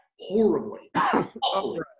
horribly